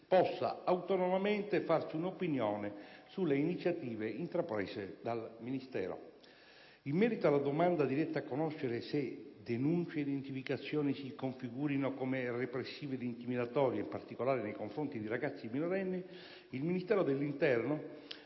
possa autonomamente farsi un'opinione sulle iniziative intraprese dal Ministero. In merito alla domanda diretta a conoscere se «denunce e identificazioni si configurino come repressive ed intimidatorie, in particolare nei confronti di ragazzi minorenni», il Ministero dell'interno